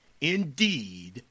indeed